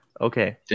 Okay